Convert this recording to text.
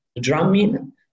drumming